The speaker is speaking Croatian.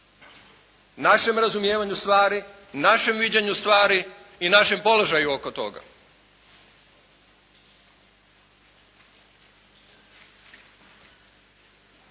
našem razumijevanju stvari, našem viđenju stvari i našem položaju oko toga.